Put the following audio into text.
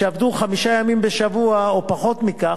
שעבדו חמישה ימים בשבוע או פחות מכך,